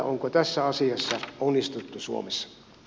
onko tässä asiassa onnistuttu suomessa